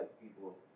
people